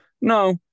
No